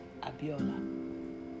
Abiola